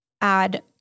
add